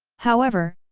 however,